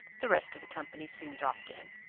the rest of the company soon dropt in.